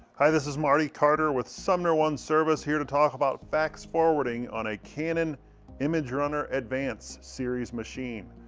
hi this is marty carter with sumnerone service, here to talk about fax forwarding on a canon imagerunner advanced series machine.